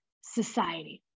society